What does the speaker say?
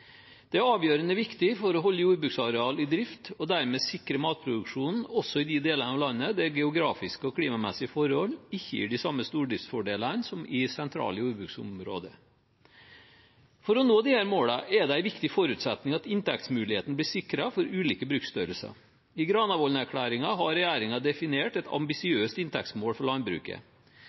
Det er avgjørende viktig for å holde jordbruksareal i drift og dermed sikre matproduksjonen også i de delene av landet der geografiske og klimamessige forhold ikke gir de samme stordriftsfordelene som i sentrale jordbruksområder. For å nå disse målene er det en viktig forutsetning at inntektsmulighetene blir sikret for ulike bruksstørrelser. I Granavolden-erklæringen har regjeringen definert et ambisiøst inntektsmål for landbruket.